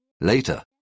Later